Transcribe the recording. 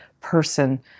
person